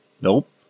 Nope